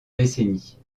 décennies